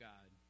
God